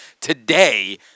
today